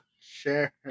share